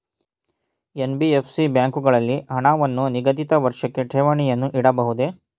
NBFC ಬ್ಯಾಂಕುಗಳಲ್ಲಿ ಹಣವನ್ನು ನಿಗದಿತ ವರ್ಷಕ್ಕೆ ಠೇವಣಿಯನ್ನು ಇಡಬಹುದೇ?